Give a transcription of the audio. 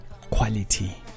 quality